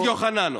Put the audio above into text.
רשת יוחננוף.